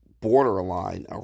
borderline